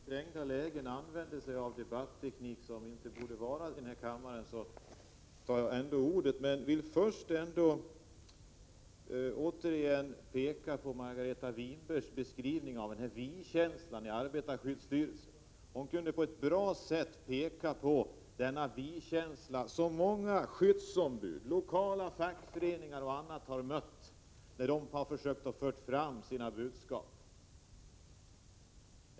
Herr talman! Kjell Nilsson använder sig i trängda lägen av en debatteknik som inte borde förekomma här i kammaren, men jag begär ändå ordet. Först vill jag emellertid beröra Margareta Winbergs beskrivning av vi-känslan i arbetarskyddsstyrelsen. Hon kunde på ett bra sätt peka på denna vi-känsla, som många skyddsombud, lokala fackföreningsrepresentanter och andra har mött när de har försökt att föra fram sina budskap.